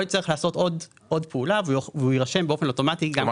יצטרך לעשות עוד פעולה והוא יירשם באופן אוטומטי גם כעוסק זעיר.